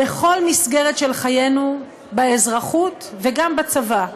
בכל מסגרת של חיינו, באזרחות וגם בצבא.